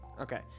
Okay